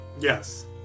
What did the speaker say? yes